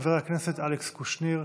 חבר הכנסת אלכס קושניר,